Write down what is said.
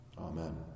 Amen